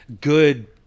good